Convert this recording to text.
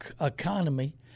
economy